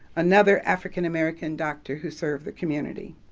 another african american doctor who served the community.